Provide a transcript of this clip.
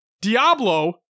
Diablo